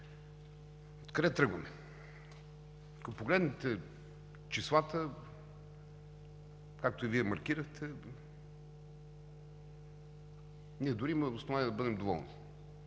Откъде тръгваме? Ако погледнете числата, както и Вие маркирахте, ние дори имаме основание да бъдем доволни.